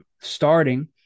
starting